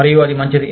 మరియు అది మంచిది